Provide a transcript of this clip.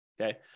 okay